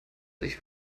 sich